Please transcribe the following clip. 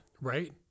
right